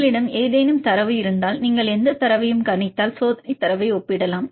உங்களிடம் ஏதேனும் தரவு இருந்தால் நீங்கள் எந்த தரவையும் கணித்தால் சோதனை தரவை ஒப்பிடலாம்